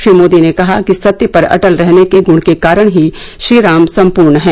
श्री मोदी ने कहा कि सत्य पर अटल रहने के गुण के कारण ही श्रीराम सम्पूर्ण हैं